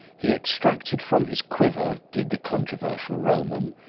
he extracted from his quiver, did the controversial roman,